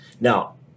Now